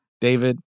David